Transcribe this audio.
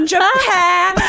Japan